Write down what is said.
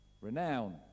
Renown